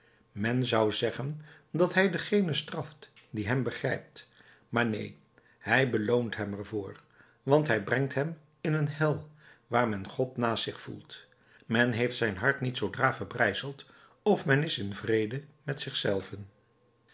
men zou zeggen dat hij dengene straft die hem begrijpt maar neen hij beloont hem er voor want hij brengt hem in een hel waar men god naast zich voelt men heeft zijn hart niet zoodra verbrijzeld of men is in vrede met zich zelven